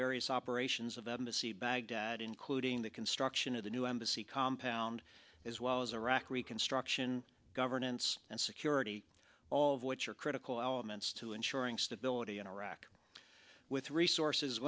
various operations of embassy baghdad including the construction of the new embassy compound as well as iraq reconstruction governance and security all of which are critical elements to ensuring stability in iraq with resources